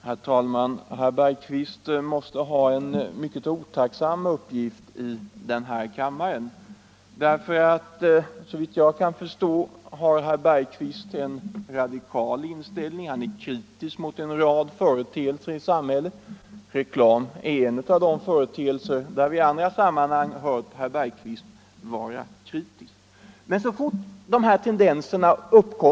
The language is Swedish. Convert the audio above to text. Herr talman! Herr Bergqvist måste ha en mycket otacksam uppgift här i kammaren. Såvitt jag kan förstå har herr Bergqvist en radikal grundinställning och är kritisk mot en rad företeelser i samhället. Reklam är något som vi i andra sammanhang hört herr Bergqvist vara kritisk mot.